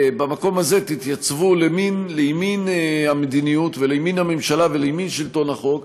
במקום הזה תתייצבו לימין המדיניות ולימין הממשלה ולימין שלטון החוק.